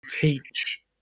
teach